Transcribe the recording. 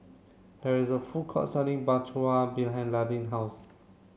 there is a food court selling Bratwurst behind Landin house